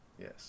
Yes